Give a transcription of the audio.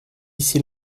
ici